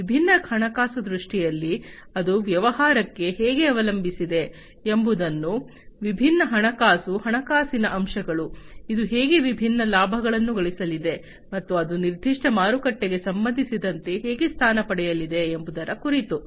ವಿಭಿನ್ನ ಹಣಕಾಸು ದೃಷ್ಟಿಯಲ್ಲಿ ಅದು ವ್ಯವಹಾರಕ್ಕೆ ಹೇಗೆ ಅವಲಂಬಿಸಿದೆ ಎಂಬುದು ವಿಭಿನ್ನ ಹಣಕಾಸು ಹಣಕಾಸಿನ ಅಂಶಗಳು ಅದು ಹೇಗೆ ವಿಭಿನ್ನ ಲಾಭಗಳನ್ನು ಗಳಿಸಲಿದೆ ಮತ್ತು ಅದು ನಿರ್ದಿಷ್ಟ ಮಾರುಕಟ್ಟೆಗೆ ಸಂಬಂಧಿಸಿದಂತೆ ಹೇಗೆ ಸ್ಥಾನ ಪಡೆಯಲಿದೆ ಎಂಬುದರ ಕುರಿತು